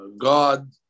God